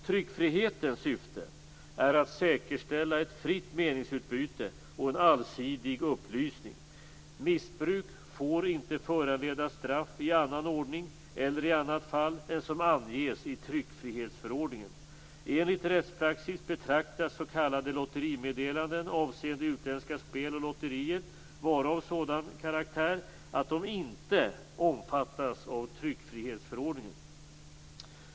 Tryckfrihetens syfte är att säkerställa ett fritt meningsutbyte och en allsidig upplysning. Missbruk får inte föranleda straff i annan ordning eller i annat fall än som anges i tryckfrihetsförordningen. Enligt rättspraxis betraktas s.k. lotterimeddelanden avseende utländska spel och lotterier vara av sådan karaktär att de inte omfattas av tryckfrihetsförordningen.